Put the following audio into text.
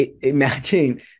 imagine